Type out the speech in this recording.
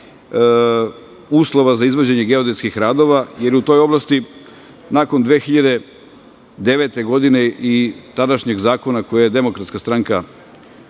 uslova za izvođenje geodetskih radova, jer u toj oblasti nakon 2009. godine i tadašnjeg zakona koji je DS usvojila,